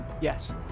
Yes